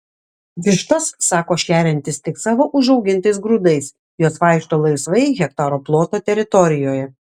vištas sako šeriantis tik savo užaugintais grūdais jos vaikšto laisvai hektaro ploto teritorijoje